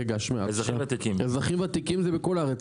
רגע, אזרחים ותיקים זה בכל הארץ.